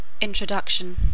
Introduction